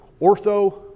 ortho